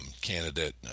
candidate